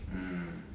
mm